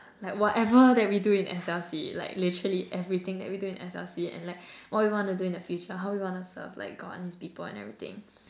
like whatever that we do in S_L_C like literally everything that we do in S_L_C and like what we want to do in the future how we wanna serve like God and his people and everything